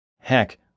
Heck